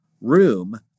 room